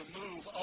move